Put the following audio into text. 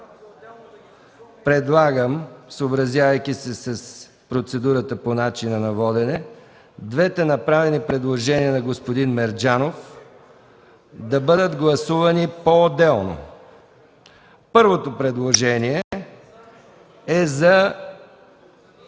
Предлагам, съобразявайки се с процедурата по начина на водене, двете направени предложения от господин Мерджанов да бъдат гласувани поотделно. Първото предложение е за..